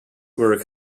were